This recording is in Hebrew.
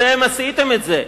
אתם עשיתם את זה.